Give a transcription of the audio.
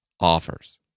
offers